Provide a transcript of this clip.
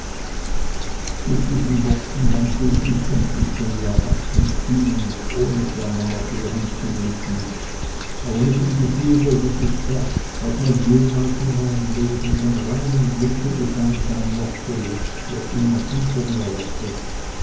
mit diesen worten wandte ich mich endlich von ihr ab und ging ohne ferner nach ihr hinzublicken aber mit dem gefühle daß ich das was mir jemals in meinem leben von reinem glück beschieden sein mochte jetzt für immer hinter mir lasse